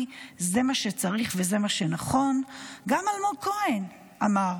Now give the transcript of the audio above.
--- זה מה שצריך וזה מה שנכון"; גם אלמוג כהן אמר,